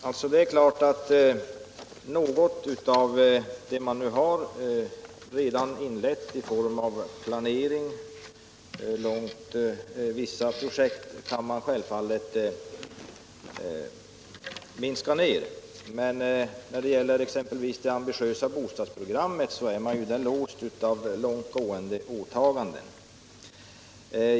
Herr talman! Det är klart att något av det man redan har inlett i form av planering för vissa projekt kan minskas ned, men när det gäller exempelvis det ambitiösa bostadsprogrammet är man låst av långt gående åtaganden.